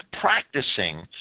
practicing